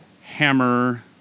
Hammer